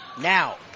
Now